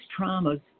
traumas